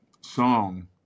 song